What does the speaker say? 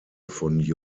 von